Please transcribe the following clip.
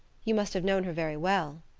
you must have known her very well.